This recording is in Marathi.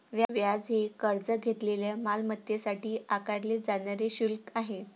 व्याज हे कर्ज घेतलेल्या मालमत्तेसाठी आकारले जाणारे शुल्क आहे